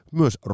myös